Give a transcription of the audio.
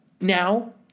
Now